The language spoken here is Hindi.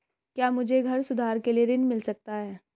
क्या मुझे घर सुधार के लिए ऋण मिल सकता है?